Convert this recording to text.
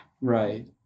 Right